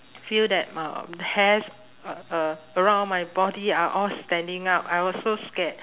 feel that um the hairs a~ uh around my body are all standing up I was so scared